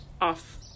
off